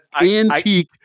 antique